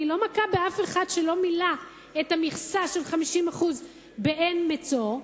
אני לא מכה באף אחד שלא מילא את המכסה של 50% באין מצוא.